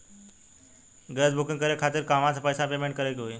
Gas booking करे के खातिर कहवा से पैसा पेमेंट करे के होई?